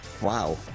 Wow